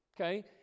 Okay